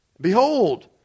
Behold